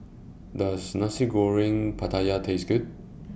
Does Nasi Goreng Pattaya Taste Good